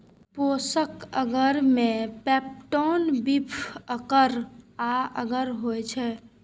पोषक अगर मे पेप्टोन, बीफ अर्क आ अगर होइ छै